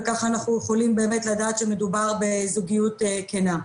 וכך אנחנו יכולים באמת לדעת שמדובר בזוגיות כנה.